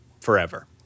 forever